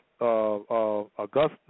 August